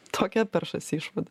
tokia peršasi išvada